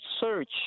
search